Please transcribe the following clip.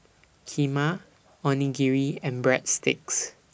Kheema Onigiri and Breadsticks